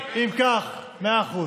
אם כך, מאה אחוז,